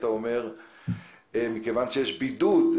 אתה אומר שמכיוון שיש בידוד,